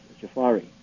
Jafari